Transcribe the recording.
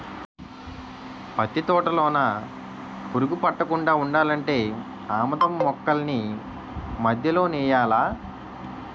పత్తి తోటలోన పురుగు పట్టకుండా ఉండాలంటే ఆమదం మొక్కల్ని మధ్యలో నెయ్యాలా